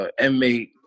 inmate